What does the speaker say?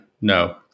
No